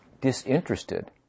disinterested